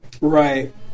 Right